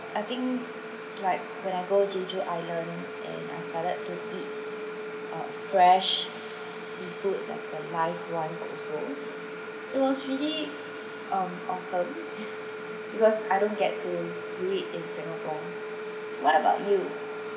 I think like when I go jeju island and I started to eat uh fresh seafood like the live ones also it was really um awesome it was I don't get to do it in singapore what about you